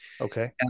okay